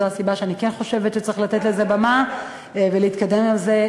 זו הסיבה שאני כן חושבת שצריך לתת לזה במה ולהתקדם עם זה,